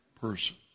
person